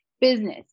business